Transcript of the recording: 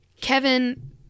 Kevin